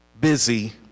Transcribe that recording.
busy